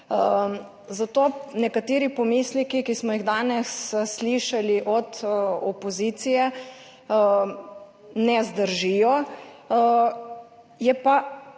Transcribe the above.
(nadaljevanje) pomisleki, ki smo jih danes slišali od opozicije, ne zdržijo, je pa,